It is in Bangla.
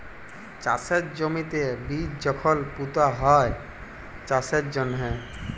চাষের জমিতে বীজ যখল পুঁতা হ্যয় চাষের জ্যনহে